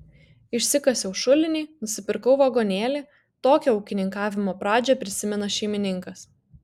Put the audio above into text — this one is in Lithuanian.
išsikasiau šulinį nusipirkau vagonėlį tokią ūkininkavimo pradžią prisimena šeimininkas